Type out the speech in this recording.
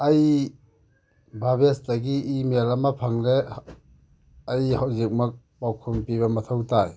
ꯑꯩ ꯚꯕꯦꯁꯇꯒꯤ ꯏꯃꯦꯜ ꯑꯃ ꯐꯪꯂꯦ ꯑꯩ ꯍꯧꯖꯤꯛꯃꯛ ꯄꯥꯎꯈꯨꯝ ꯄꯤꯕ ꯃꯊꯧ ꯇꯥꯏ